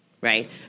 right